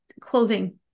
clothing